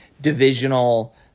divisional